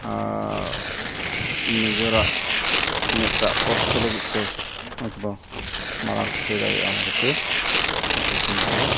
ᱟᱨ ᱱᱤᱡᱮᱨᱟᱜ ᱢᱤᱫᱴᱟᱜ ᱚᱨᱛᱷᱚ ᱞᱟᱹᱜᱤᱫ ᱛᱮ ᱚᱱᱟ ᱠᱷᱟᱹᱛᱤᱨ ᱱᱩᱠᱩ ᱥᱤᱢ ᱫᱚᱵᱚ